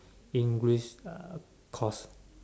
English uh course